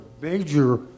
major